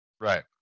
Right